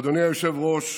אדוני היושב-ראש,